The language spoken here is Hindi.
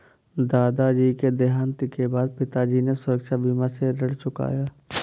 दादाजी के देहांत के बाद पिताजी ने सुरक्षा बीमा से ऋण चुकाया